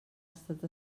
estat